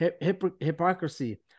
hypocrisy